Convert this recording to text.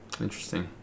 Interesting